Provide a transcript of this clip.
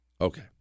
Okay